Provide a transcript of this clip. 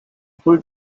full